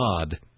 God